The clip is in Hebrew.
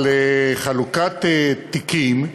על חלוקת תיקים,